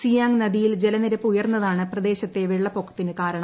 സിയാങ് നദിയിൽ ജലനിർപ്പ് ഉയർന്നതാണ് പ്രദേശത്തെ വെള്ളപ്പൊക്കത്തിന് കാരണം